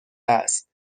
است